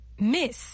Miss